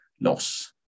loss